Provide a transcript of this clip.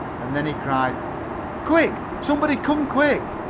and then he cried quick! somebody come quick!